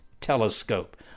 telescope